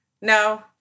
no